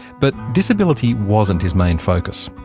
but disability wasn't his main focus.